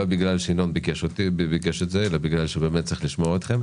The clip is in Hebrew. לא בגלל שינון ביקש את זה אלא בגלל שבאמת צריך לשמוע אתכם.